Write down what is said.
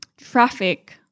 traffic